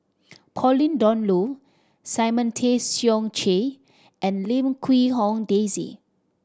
Pauline Dawn Loh Simon Tay Seong Chee and Lim Quee Hong Daisy